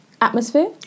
Atmosphere